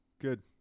good